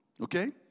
Okay